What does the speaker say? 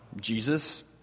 Jesus